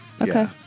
Okay